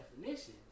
definition